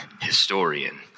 historian